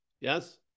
Yes